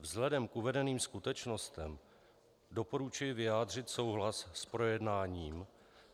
Vzhledem k uvedeným skutečnostem doporučuji vyjádřit souhlas s projednáním